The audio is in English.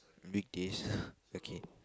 big days okay